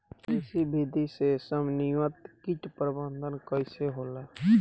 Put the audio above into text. कृषि विधि से समन्वित कीट प्रबंधन कइसे होला?